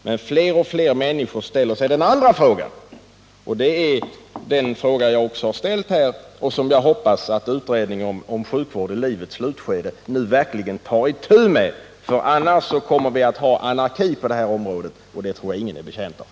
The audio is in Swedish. Men fler och fler människor ställer sig också den andra frågan, och det är den fråga som även jag har ställt här och som jag hoppas att utredningen om sjukvård i livets slutskede nu verkligen tar itu med. Annars kommer vi att få anarki på det här området, och det tror jag ingen är betjänt av.